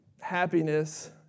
happiness